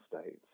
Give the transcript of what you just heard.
states